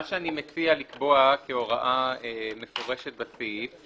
מה שאני מציע לקבוע כהוראה מפורשת בסעיף,